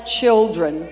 children